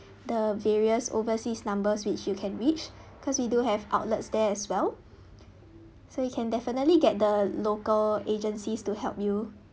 the various overseas numbers which you can reach because we do have outlets there as well so you can definitely get the local agencies to help you